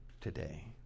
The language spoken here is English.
today